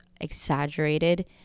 exaggerated